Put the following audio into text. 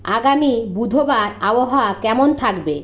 আগামী বুধবার আবহাওয়া কেমন থাকবে